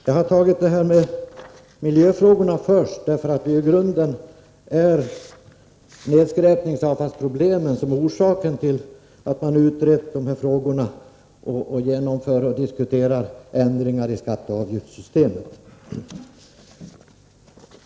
Jag har tagit upp detta med miljöfrågorna först, eftersom nedskräpningsoch avfallshanteringsproblemen är grunden till att man utreder frågorna och diskuterar ändringar i skatteoch avgiftssystemet.